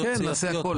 נעשה הכול.